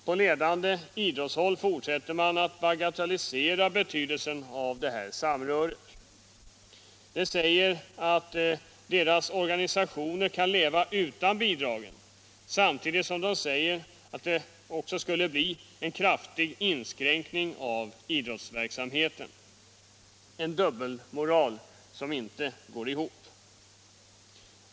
På ledande idrottshåll fortsätter man att bagatellisera betydelsen av det här samröret. Ledarna säger att deras organisationer kan feva utan bidragen samtidigt som de menar, att ett borttagande av dessa skulle medföra en kraftig inskränkning av idrottsverksamheten. Detta resonemang är uttryck för en dubbelmoral och går inte ihop.